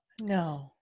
No